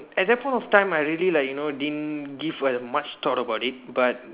at that point of time I really like you know didn't give uh much thought about it but